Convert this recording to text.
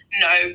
no